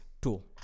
tool